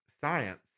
science